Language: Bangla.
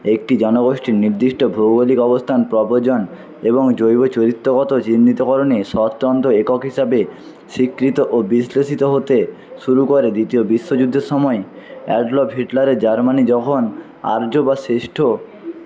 একটি জনগোষ্ঠীর নির্দিষ্ট ভৌগলিক অবস্থান প্রবচন এবং জৈব চরিত্রগত চিহ্নিতকরণে স্বতন্ত্র একক হিসেবে স্বীকৃত ও বিশ্লেষিত হতে শুরু করে দ্বিতীয় বিশ্বযুদ্ধের সময় অ্যাডলফ হিটলারের জার্মানি যখন আর্য বা শ্রেষ্ঠকে